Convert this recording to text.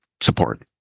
support